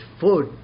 food